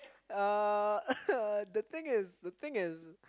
uh the thing is the thing is